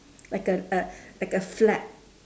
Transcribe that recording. like a a like a flap